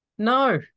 No